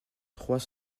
trois